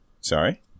Sorry